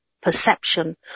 perception